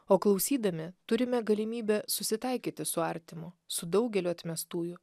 o klausydami turime galimybę susitaikyti su artimu su daugeliu atmestųjų